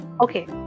Okay